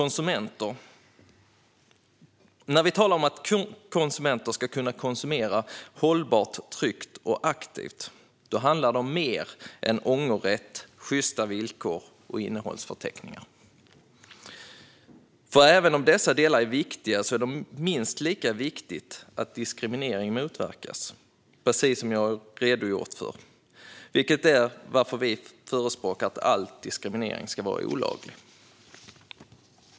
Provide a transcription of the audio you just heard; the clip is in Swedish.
När vi talar om att konsumenter ska kunna konsumera hållbart, tryggt och aktivt handlar det om mer än ångerrätt, sjysta villkor och innehållsförteckningar. Även om dessa delar är viktiga är det minst lika viktigt att diskriminering motverkas, precis som jag har redogjort för. Det är därför vi förespråkar att all diskriminering ska vara olaglig.